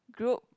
group